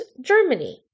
Germany